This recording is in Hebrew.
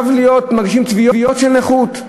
מגישים תביעות של נכות.